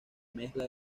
mezcla